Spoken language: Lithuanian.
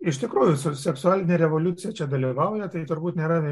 iš tikrųjų se seksualinė revoliucija čia dalyvauja tai turbūt nėra